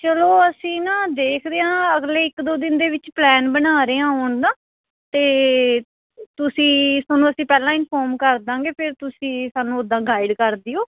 ਚਲੋ ਅਸੀਂ ਨਾ ਦੇਖਦੇ ਹਾਂ ਅਗਲੇ ਇੱਕ ਦੋ ਦਿਨ ਦੇ ਵਿੱਚ ਪਲੈਨ ਬਣਾ ਰਹੇ ਹਾਂ ਆਉਣ ਦਾ ਅਤੇ ਤੁਸੀਂ ਤੁਹਾਨੂੰ ਅਸੀਂ ਪਹਿਲਾਂ ਇਨਫੋਰਮ ਕਰ ਦਾਂਗੇ ਫਿਰ ਤੁਸੀਂ ਸਾਨੂੰ ਉਦਾਂ ਗਾਈਡ ਕਰ ਦਿਓ